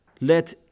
let